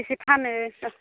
बेसे फानो